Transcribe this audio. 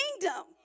kingdom